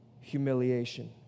humiliation